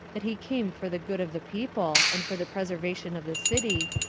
that he came for the good of the people, and for the preservation of the city,